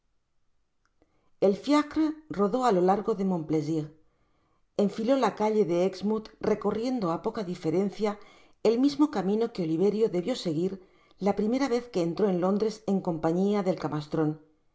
l fiacre rodó á lo largo de moni plaisir enfiló la calle de exmonlh recorriendo á poca diferencia el mismo camino que oliverio debió seguir la primera vez que entró en londres en compañia del camastrón